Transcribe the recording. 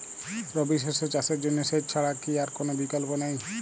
রবি শস্য চাষের জন্য সেচ ছাড়া কি আর কোন বিকল্প নেই?